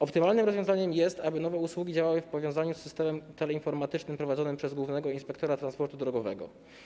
Optymalnym rozwiązaniem jest, aby nowe usługi działały w powiązaniu z systemem teleinformatycznym prowadzonym przez głównego inspektora transportu drogowego.